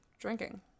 drinking